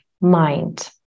mind